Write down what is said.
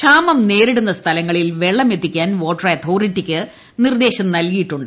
ക്ഷാമം നേരിടുന്ന സ്ഥലങ്ങളിൽ വെള്ളം എത്തിക്കാൻ വാട്ടർ അതോറിറ്റിക്ക് നിർദ്ദേശം നൽകിയിട്ടുണ്ട്